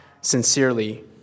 sincerely